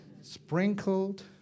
sprinkled